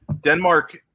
Denmark –